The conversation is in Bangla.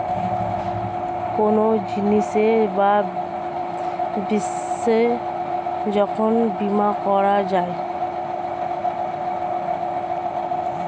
কোনো জিনিসের বা বিষয়ের যখন বীমা করা যায়